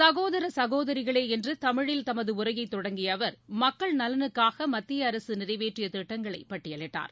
சகோதர சகோதரிகளேஎன்றுதமிழில் தமதுஉரையெதொடங்கியஅவர் மக்கள் நலனுக்காகமத்தியஅரசுநிறைவேற்றியதிட்டங்களைபட்டியலிட்டார்